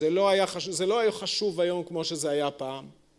זה לא היה חשוב היום כמו שזה היה פעם